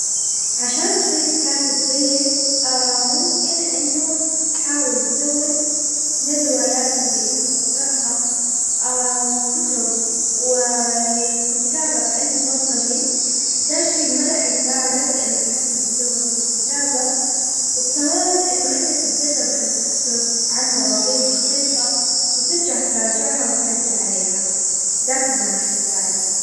عشان تصير كاتب جيد ممكن انه تحاول تزود من الروايات اللي انت تقرأها وكتب ،ولكتابك المفضلين، دا شيء مرة حيساعدك انه تحسن اسلوبك في الكتابة، وكمان انه انت تتدرب انه تكتب عن مواضيع مختلفة، وترجع تراجعها وتعدل عليهان دا كمان حيساعدك.